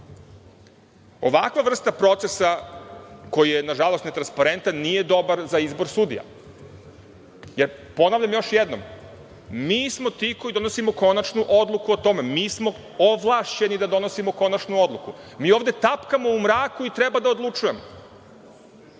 Ovakva vrsta procesa koji je, na žalost, netransparentan, nije dobar za izbor sudija, jer, ponavljam još jednom, mi smo ti koji donosimo konačnu odluku o tome, mi smo ovlašćeni da donosimo konačnu odluku. Mi ovde tapkamo u mraku i treba da odlučujemo. Na